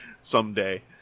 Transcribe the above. someday